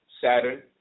Saturn